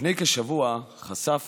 לפני כשבוע חשף